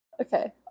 okay